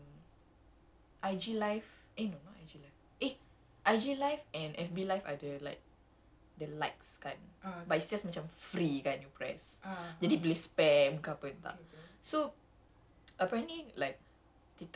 ya so it's um it's really interesting it's like you know how um I_G live eh no not I_G live eh I_G live and F_B live ada like the likes kan but it's just macam free kan you press